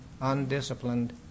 undisciplined